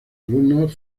alumnos